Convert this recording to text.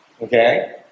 Okay